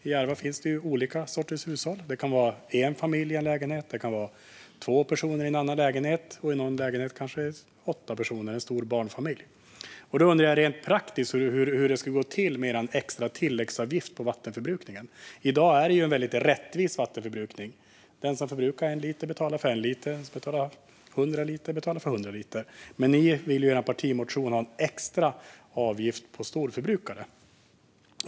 I Järva finns det olika sorters hushåll. Det kan vara en familj i en lägenhet. Det kan vara två personer i en annan lägenhet. Och i någon lägenhet kanske det är åtta personer, en stor barnfamilj. Då undrar jag hur det rent praktiskt ska gå till med er extra tilläggsavgift när det gäller vattenförbrukningen. I dag är det väldigt rättvist. Den som förbrukar 1 liter betalar för 1 liter. Den som förbrukar 100 liter betalar för 100 liter. Men ni vill i er partimotion ha en extra avgift för storförbrukare.